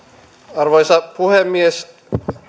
arvoisa puhemies